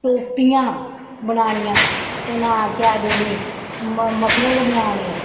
टोपियां बनानियां केह् नांऽ केह् आखदे इनेंगी मफरल बनाने